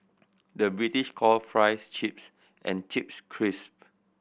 the British call fries chips and chips crisp